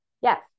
Yes